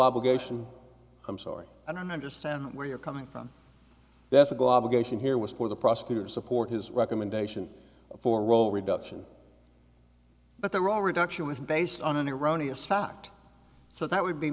obligation i'm sorry i don't understand where you're coming from that's a go obligation here was for the prosecutor support his recommendation for roll reduction but they were reduction was based on an iranian fact so that would be